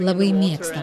labai mėgsta